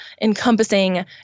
encompassing